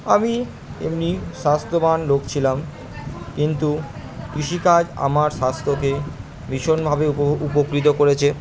আমি এমনি স্বাস্থ্যবান লোক ছিলাম কিন্তু কৃষিকাজ আমার স্বাস্থ্যকে ভীষণভাবে উপকৃত করেছে